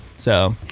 so,